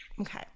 Okay